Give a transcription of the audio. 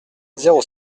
zéro